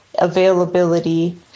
availability